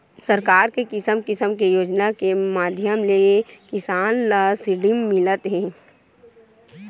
सरकार के किसम किसम के योजना के माधियम ले किसान ल सब्सिडी मिलत हे